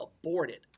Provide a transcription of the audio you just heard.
aborted